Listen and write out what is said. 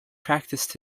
practiced